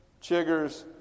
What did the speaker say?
chiggers